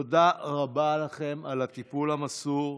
תודה רבה לכם על הטיפול המסור,